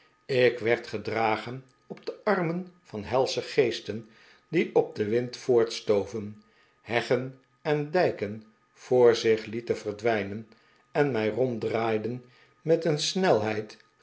ik werd gedragen op de arrhen van helsche geesten die op den wind voortstoven heggen en dijken voor zich lieten verdwijnen en mij rond draaiden met een snelheid